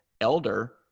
elder